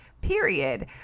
period